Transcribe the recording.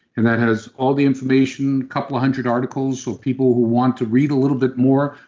and that has all the information, couple of hundred articles with people who want to read a little bit more.